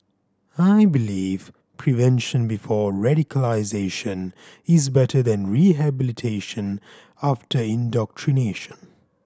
I believe prevention before radicalisation is better than rehabilitation after indoctrination